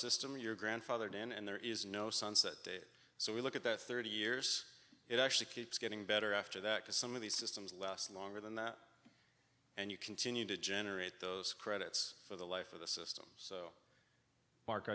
system you're grandfathered in and there is no sunset date so we look at that thirty years it actually keeps getting better after that to some of these systems less longer than that and you continue to generate those credits for the life of the system so mark